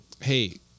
Hey